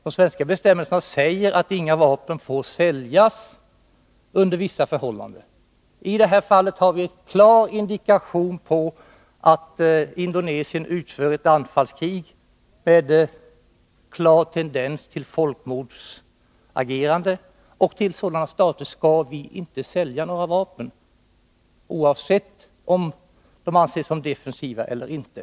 De svenska bestämmelserna anger att under vissa förhållanden får inga vapen säljas. I det här fallet har vi klar indikation på att Indonesien för ett anfallskrig med klar tendens till folkmordsagerande. Till sådana stater skall vi inte sälja några vapen, oavsett om vapnen anses vara defensiva eller inte.